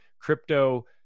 crypto